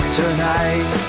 tonight